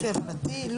לפי הבנתי,